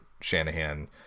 Shanahan